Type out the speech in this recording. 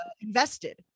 invested